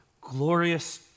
glorious